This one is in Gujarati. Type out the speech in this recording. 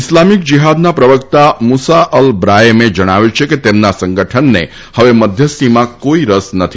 ઇસ્લામિક જીહાદના પ્રવકતા મુસા અલ બ્રાચેમે જણાવ્યું છે કે તેમના સંગઠનને હવે મધ્યસ્થીમાં કોઇ રસ નથી